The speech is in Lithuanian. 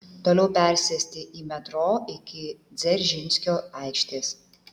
toliau persėsti į metro iki dzeržinskio aikštės